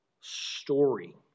story